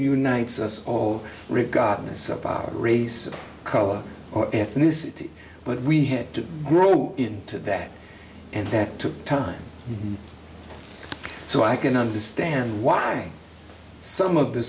unites us all regardless of race color or ethnicity but we had to grow in to that and that took time so i can understand why some of the